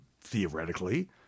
theoretically